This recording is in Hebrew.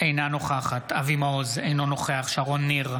אינה נוכחת אבי מעוז, אינו נוכח שרון ניר,